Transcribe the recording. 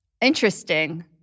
Interesting